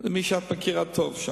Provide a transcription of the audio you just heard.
מי שאת מכירה טוב.